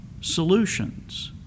solutions